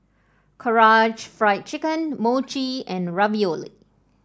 Karaage Fried Chicken Mochi and Ravioli